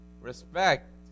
Respect